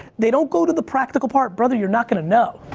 they don't go to the practical part, brother, you're not gonna know.